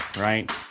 right